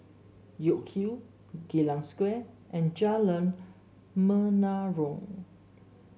York Hill Geylang Square and Jalan Menarong